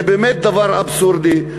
זה באמת דבר אבסורדי,